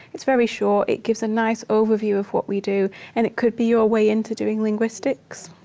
it's very short. it gives a nice overview of what we do. and it could be your way into doing linguistics.